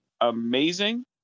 amazing